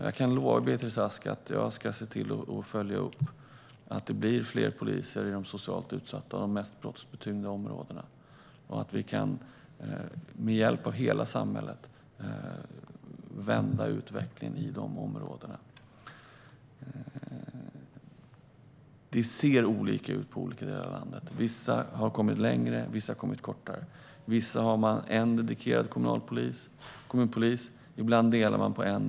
Jag kan lova Beatrice Ask att jag ska se till att följa upp detta, så att det blir fler poliser i de socialt utsatta och mest brottstyngda områdena och att vi med hjälp av hela samhället kan vända utvecklingen i de områdena. Det ser olika ut i olika delar av landet. I vissa delar har man kommit längre. I vissa delar har man inte kommit lika långt. På vissa ställen har man en dedikerad kommunpolis. Ibland delar man på en.